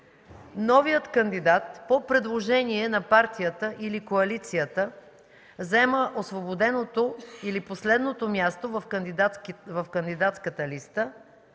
„Новият кандидат по предложение на партията или коалицията заема освободеното или последното място в кандидатската листа,